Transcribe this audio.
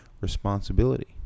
responsibility